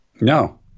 No